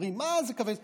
אומרים, מה זה קווי יסוד?